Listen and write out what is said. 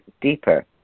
deeper